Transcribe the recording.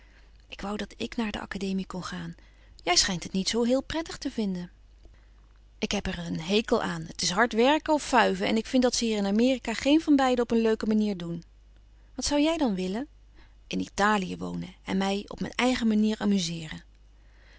ik wou dat ik naar de academie kon gaan jij schijnt het niet zoo heel prettig te vinden ik heb er een hekel aan het is hard werken of fuiven en ik vind dat ze hier in amerika geen van beide op een leuke manier doen wat zou jij dan willen in italië wonen en mij op mijn eigen manier amuseeren